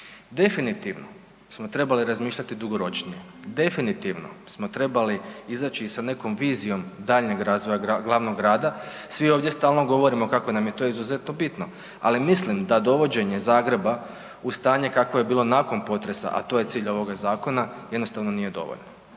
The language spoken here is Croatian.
Definitivno smo trebali razmišljati dugoročnije, definitivno smo trebali izaći i sa nekom vizijom daljnjeg razvoja glavnog grada. Svi ovdje stalno govorimo kako nam je to izuzetno bitno, ali mislim da dovođenje Zagreba u stanje kakvo je bilo nakon potresa, a to je cilj ovoga zakona jednostavno nije dovoljno.